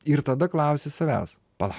ir tada klausi savęs pala